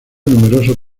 numerosos